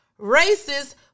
racist